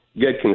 good